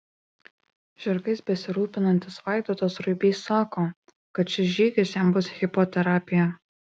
žirgais besirūpinantis vaidotas ruibys sako kad šis žygis jam bus hipoterapija